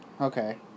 Okay